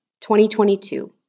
2022